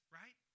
right